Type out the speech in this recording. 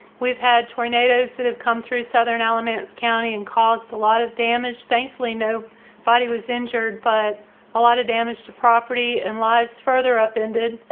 we've had tornadoes that have come through southern elements county and caused a lot of damage. thankfully, no fighting was injured but a lot of damage to property and lives further up ended.